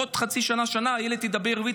עוד חצי שנה עד שנה הילד ידבר עברית